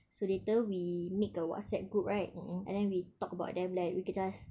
so later we make a whatsapp group right and then we talk about them we can just